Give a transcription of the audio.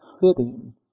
fitting